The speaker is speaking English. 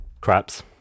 Craps